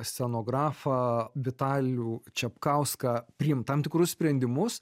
scenografą vitalių čepkauską priimt tam tikrus sprendimus